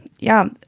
Ja